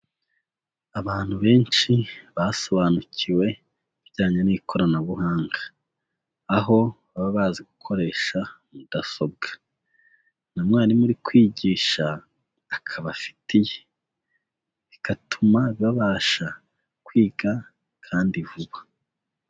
Abantu benshi basobanukiwe ibijyanye n'ikoranabuhanga, aho baba bazi gukoresha mudasobwa na mwarimu uri kwigisha akaba afite iye, bigatuma babasha kwiga kandi vuba.